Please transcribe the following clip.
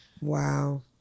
Wow